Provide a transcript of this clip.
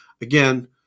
again